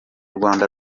rwanda